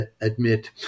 admit